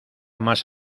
más